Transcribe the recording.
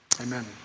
Amen